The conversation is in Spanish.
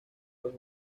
los